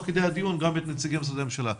כדי הדיון גם את נציגי משרדי הממשלה.